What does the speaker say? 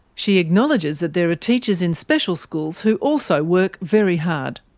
she acknowledges that there are teachers in special schools who also work very hard,